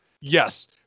yes